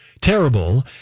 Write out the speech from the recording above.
terrible